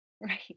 right